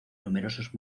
numerosos